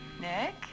Nick